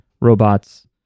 robots